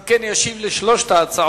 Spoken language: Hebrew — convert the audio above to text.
אם כן, ישיב על שלוש ההצעות